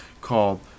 called